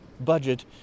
budget